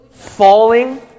falling